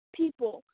people